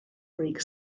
greek